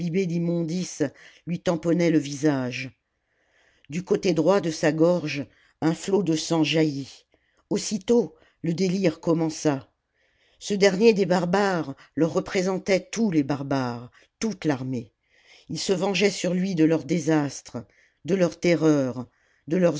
lui tamponnaient le visage du côté droit de sa gorge un flot de sang jaillit aussitôt le déhre commença ce dernier des barbares leur représentait tous les barbares toute l'armée ils se vengeaient sur lui de leurs désastres de leurs terreurs de leurs